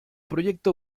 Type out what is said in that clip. proyecto